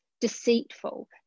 deceitful